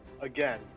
again